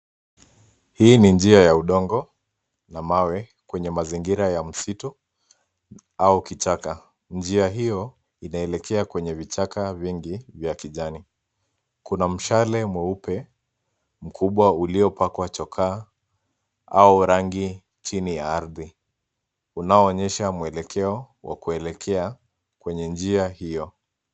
Hii ni njia ya udongo, na mawe kwenye mazingira ya msitu au kichaka. Njia hio inaelekea kwenye vichaka vingi vya kijani. Kuna mshale mweupe mkubwa uliopakwa chokaa au rangi chini ya ardhi unaoonyesha mwelekeo wa kuelekea kwenye njia hio.